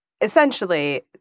Essentially